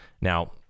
Now